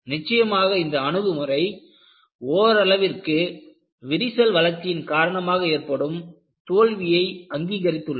நிச்சயமாக இந்த அணுகுமுறை ஓரளவிற்கு விரிசல் வளர்ச்சியின் காரணமாக ஏற்படும் தோல்வியை அங்கீகரித்துள்ளது